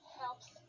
helps